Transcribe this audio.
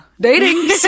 Dating